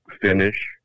finish